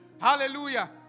Hallelujah